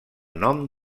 nom